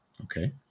Okay